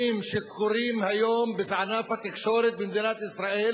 שקורים היום בענף התקשורת במדינת ישראל,